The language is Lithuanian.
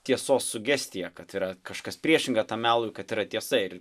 tiesos sugestiją kad yra kažkas priešinga tam melui kad yra tiesa ir